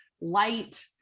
light